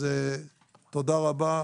תודה רבה.